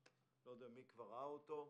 אני לא יודע מי כבר ראה אותו.